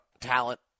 talent